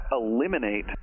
eliminate